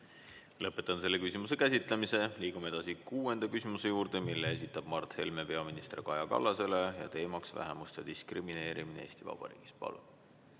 Lõpetan selle küsimuse käsitlemise. Liigume edasi kuuenda küsimuse juurde, mille esitab Mart Helme peaminister Kaja Kallasele. Teemaks on vähemuste diskrimineerimine Eesti Vabariigis. Palun!